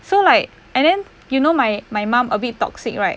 so like and then you know my my mom a bit toxic right